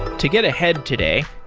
to get ahead today,